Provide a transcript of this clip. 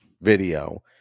video